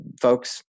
Folks